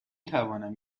توانم